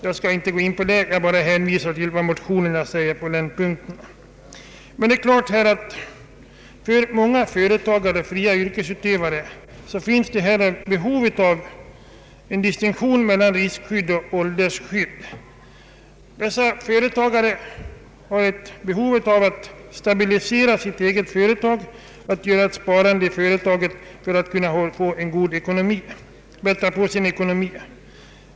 Jag skall inte beröra dem utan nöjer mig med att hänvisa till motionerna på den punkten. För många företagare och fria yrkesutövare finns det ett behov av en distinktion mellan riskskydd och åldersskydd. Dessa människor vill stabilisera sitt eget företag genom att spara och därigenom bättra på sin ekonomi.